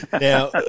Now